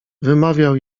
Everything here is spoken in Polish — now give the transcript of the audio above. wymawiał